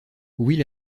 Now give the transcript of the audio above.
will